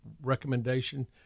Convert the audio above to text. recommendation